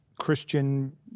Christian